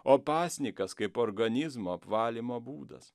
o pasninkas kaip organizmo apvalymo būdas